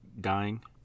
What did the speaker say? dying